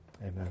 Amen